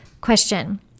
Question